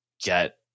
get